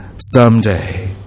someday